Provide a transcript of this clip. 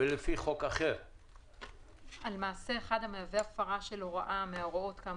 על מעשה אחד המהווה הפרה של הוראה מההוראות בשל